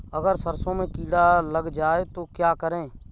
अगर सरसों में कीड़ा लग जाए तो क्या करें?